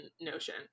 Notion